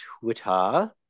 Twitter